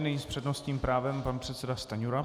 Nyní s přednostním právem pan předseda Stanjura.